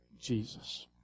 Jesus